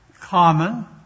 common